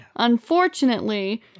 unfortunately